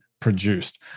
produced